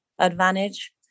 advantage